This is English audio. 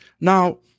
now